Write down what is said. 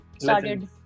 started